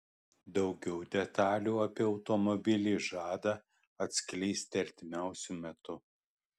daugiau detalių apie automobilį žada atskleisti artimiausiu metu